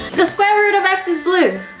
the square root of x is blue?